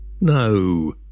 No